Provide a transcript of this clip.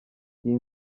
iyi